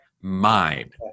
mind